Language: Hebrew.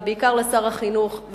ובעיקר לשר החינוך,